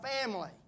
family